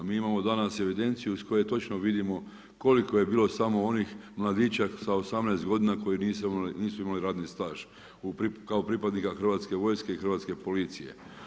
Mi imamo danas evidenciju iz koje točno vidimo koliko je bilo samo onih mladića sa 18 godina koji nisu imali radni staž kao pripadnika hrvatske vojske i hrvatske policije.